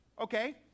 okay